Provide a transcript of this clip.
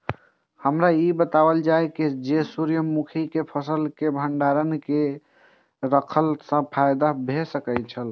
हमरा ई बतायल जाए जे सूर्य मुखी केय फसल केय भंडारण केय के रखला सं फायदा भ सकेय छल?